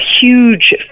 huge